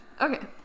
okay